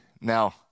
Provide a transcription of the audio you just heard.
Now